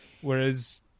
Whereas